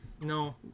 No